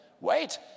Wait